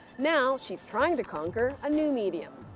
now she's trying to conquer a new medium,